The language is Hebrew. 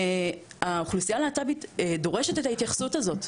והאוכלוסייה הלהט"בית דורשת את ההתייחסות הזאת.